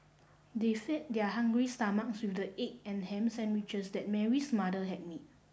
they fed their hungry stomachs with the egg and ham sandwiches that Mary's mother had made